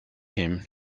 him